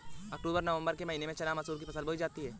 अक्टूबर नवम्बर के महीना में चना मसूर की फसल बोई जाती है?